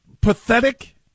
pathetic